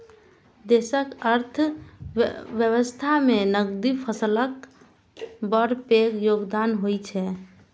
देशक अर्थव्यवस्था मे नकदी फसलक बड़ पैघ योगदान होइ छै